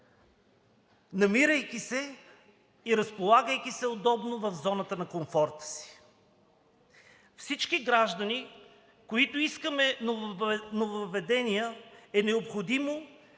намирайки се и разполагайки се удобно в зоната на комфорта си. Всички граждани, които искаме нововъведения, е необходимо